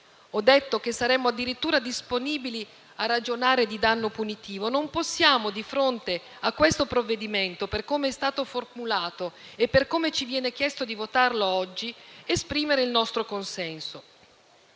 (ho detto che saremmo addirittura disponibili a ragionare di danno punitivo) non possiamo, di fronte a questo provvedimento, per come è stato formulato e per come ci viene chiesto di votarlo oggi, esprimere il nostro consenso.